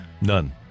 None